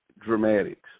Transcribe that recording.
dramatics